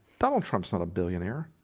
donald trump's not a billionaire.